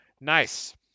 Nice